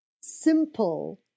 simple